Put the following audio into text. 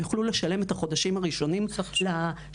יוכלו לשלם על החודשים הראשונים של השהייה.